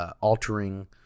altering